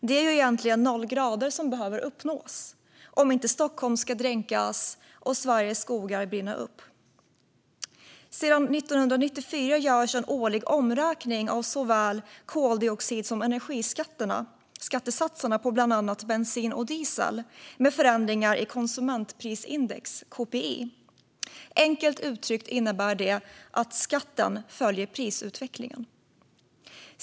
Det är ju egentligen noll grader som behöver uppnås om inte Stockholm ska dränkas och Sveriges skogar brinna upp. Sedan 1994 görs en årlig omräkning av såväl koldioxid som energiskattesatserna på bland annat bensin och diesel med förändringar i konsumentprisindex, kpi. Enkelt uttryckt innebär det att skatten följer prisutvecklingen.